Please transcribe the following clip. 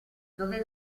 dove